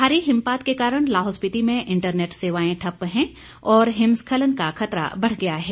भारी हिमपात के कारण लाहौल स्पीति में इंटरनेट सेवाएं ठप्प हैं और हिमस्खलन का खतरा बढ़ गया है